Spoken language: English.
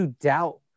doubt